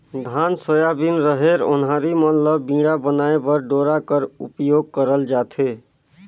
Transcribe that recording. धान, सोयाबीन, रहेर, ओन्हारी मन ल बीड़ा बनाए बर डोरा कर उपियोग करल जाथे